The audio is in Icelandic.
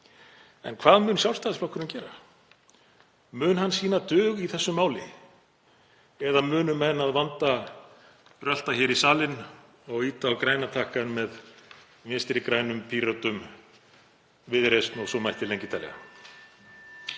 En hvað mun Sjálfstæðisflokkurinn gera? Mun hann sýna dug í þessu máli eða munu menn að vanda brölta í salinn og ýta á græna takkann með Vinstri grænum, Pírötum, Viðreisn, og svo mætti lengi telja?